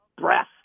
breath